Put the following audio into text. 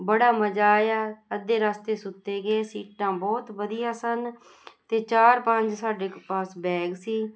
ਬੜਾ ਮਜ਼ਾ ਆਇਆ ਅੱਧੇ ਰਸਤੇ ਸੁੱਤੇ ਗਏ ਸੀਟਾਂ ਬਹੁਤ ਵਧੀਆ ਸਨ ਅਤੇ ਚਾਰ ਪੰਜ ਸਾਡੇ ਪਾਸ ਬੈਗ ਸੀ